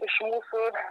iš mūsų